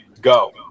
go